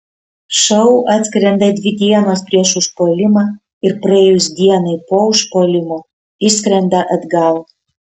šou atskrenda dvi dienos prieš užpuolimą ir praėjus dienai po užpuolimo išskrenda atgal